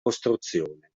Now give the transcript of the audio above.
costruzione